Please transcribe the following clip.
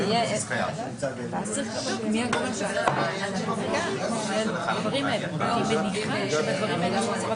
כמו שבכל מקום אחר חובה עליהם לבדוק ולא להניח דברים.